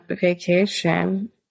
vacation